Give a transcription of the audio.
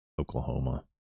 Oklahoma